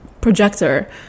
projector